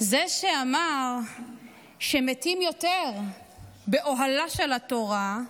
זה שאמר שמתים יותר באוהלה של התורה,